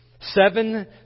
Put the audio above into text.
Seven